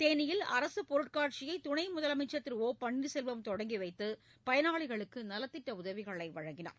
தேனியில் அரசுப் பொருட்காட்சியை துணை முதலமைச்சர் திரு ஓ பன்னீர்செல்வம் தொடங்கி வைத்து பயனாளிகளுக்கு நலத்திட்ட உதவிகளை வழங்கினார்